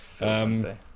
Wednesday